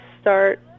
start